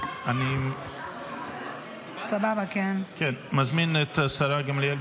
אני מזמין את השרה גמליאל,